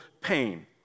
pain